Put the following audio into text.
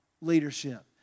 leadership